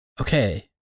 Okay